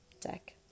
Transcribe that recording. deck